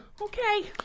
okay